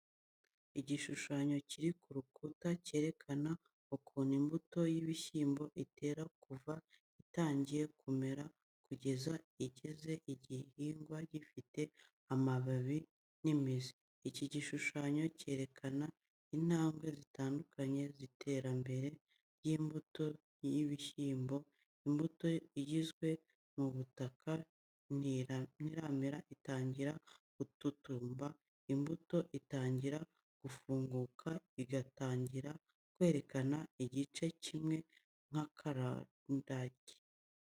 Igishushanyo kiri ku rukuta cyerekana ukuntu imbuto y’ibishyimbo itera kuva itangiye kumera kugeza igize igihingwa gifite amababi n’imizi. Iki gishushanyo cyerekana intambwe zitandukanye z'iterambere ry’imbuto y'ibishyimbo, imbuto ishyizwe mu butaka ntiramera, itangira gututumba imbuto itangira gufunguka, igatangira kwerekana igice kimeze nk’akarandaryi.